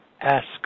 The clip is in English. ask